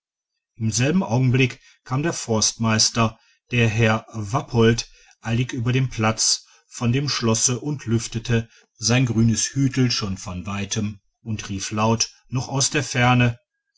im selben augenblick kam der forstmeister der herr wappolt eilig über den platz vor dem schloß und lüftete sein grünes hütel schon von weitem und rief laut noch aus der ferne